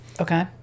Okay